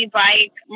bike